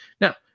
Now